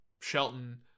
Shelton